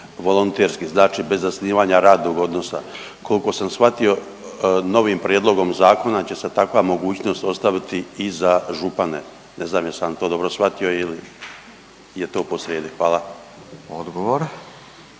znači bez zasnivanja radnog odnosa. Koliko sam shvatio novim prijedlogom zakona će se takva mogućnost ostaviti i za župane. Ne znam jesam to dobro shvatio ili je to posrijedi? Hvala. **Radin,